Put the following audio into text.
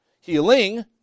Healing